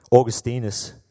Augustinus